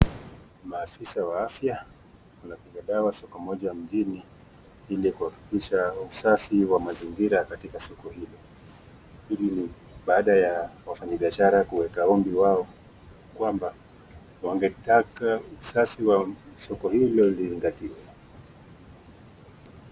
Maafisa wa afya wanapiga dawa soko moja mjini ili kuhakikisha usafi wa mazingira katika soko hili. Hili ni baada ya wafanya biashara kuweka ombi wao kwamba wangetaka usafi wa soko hilo lizingatiwe.